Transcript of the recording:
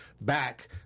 back